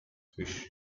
fish